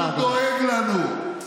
כאילו דואג לנו.